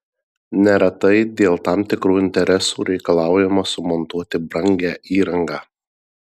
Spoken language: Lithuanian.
neretai dėl tam tikrų interesų reikalaujama sumontuoti brangią įrangą